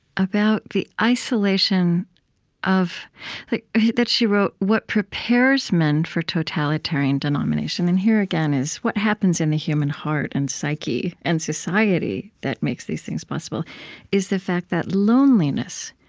about the isolation of like that she wrote, what prepares men for a totalitarian domination and here, again, is what happens in the human heart and psyche and society that makes these things possible is the fact that loneliness,